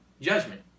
judgment